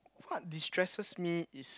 what distresses me is